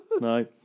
No